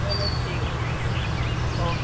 चलो ठीक ऐ ठीक ऐ ठीक ऐ ओके